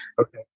Okay